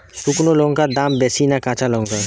শুক্নো লঙ্কার দাম বেশি না কাঁচা লঙ্কার?